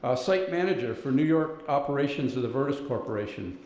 ah site manager for new york operations of the vertis corporation.